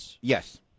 yes